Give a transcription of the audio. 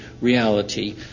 reality